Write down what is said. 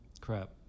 crap